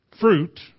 fruit